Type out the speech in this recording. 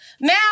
Now